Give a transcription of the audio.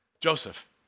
Joseph